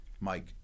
Mike